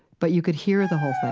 but you could hear the whole